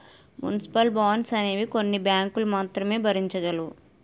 municipal bonds అనేవి కొన్ని బ్యాంకులు మాత్రమే భరించగలవు